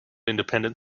independent